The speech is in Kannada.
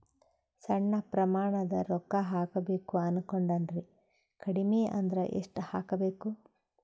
ಸಣ್ಣ ಪ್ರಮಾಣದ ರೊಕ್ಕ ಹಾಕಬೇಕು ಅನಕೊಂಡಿನ್ರಿ ಕಡಿಮಿ ಅಂದ್ರ ಎಷ್ಟ ಹಾಕಬೇಕು?